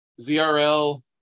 ZRL